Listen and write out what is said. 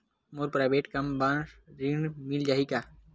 मोर private कम बर ऋण मिल जाही का?